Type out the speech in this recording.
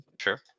Sure